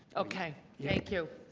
okay. thank you.